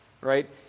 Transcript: right